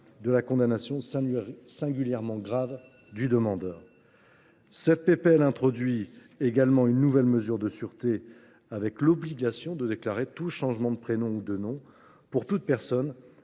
de la condamnation singulièrement grave du demandeur. Cette proposition de loi introduit également une nouvelle mesure de sûreté et l’obligation de déclarer tout changement de prénom ou de nom pour toute personne